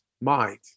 mind